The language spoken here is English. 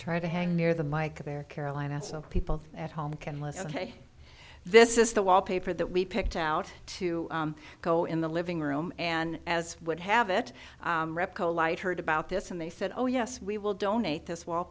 try to hang near the mike there carolina so people at home can listen this is the wallpaper that we picked out to go in the living room and as would have it repco light heard about this and they said oh yes we will donate this wall